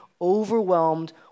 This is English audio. overwhelmed